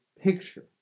picture